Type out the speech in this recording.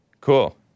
Cool